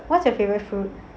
what's your favourite fruit